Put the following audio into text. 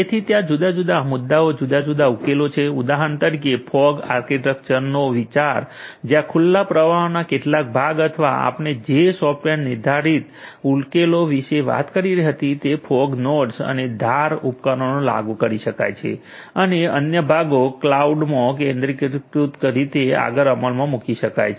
તેથી ત્યાં જુદા જુદા મુદ્દાઓ જુદા જુદા ઉકેલો છે ઉદાહરણ તરીકે ફોગ આર્કિટેક્ચર નો વિચાર જ્યાં ખુલ્લા પ્રવાહના કેટલાક ભાગ અથવા આપણે જે સોફ્ટવેર નિર્ધારિત ઉકેલો વિશે વાત કરી હતી તે ફોગ નોડ્સ અને ધાર એજ ઉપકરણો લાગુ કરી શકાય છે અને અન્ય ભાગો કલોઉડમાં કેન્દ્રીયકૃત રીતે આગળ અમલમાં મૂકી શકાય છે